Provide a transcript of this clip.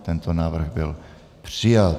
Tento návrh byl přijat.